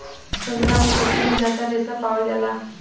संतरा मुसब्बी में जादा रेशा पावल जाला